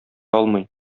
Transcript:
алмый